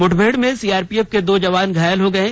मुठभेड़ में सीआरपीएफ के दो जवान घायल हो गये